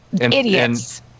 Idiots